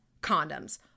condoms